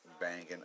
banging